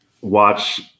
watch